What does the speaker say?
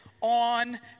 on